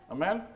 Amen